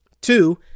Two